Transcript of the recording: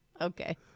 Okay